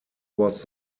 was